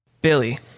Billy